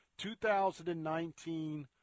2019